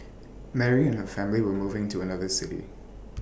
Mary and her family were moving to another city